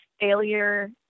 failure